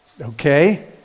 okay